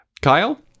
Kyle